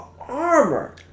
armor